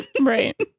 Right